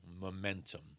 momentum